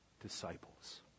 disciples